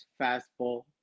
fastball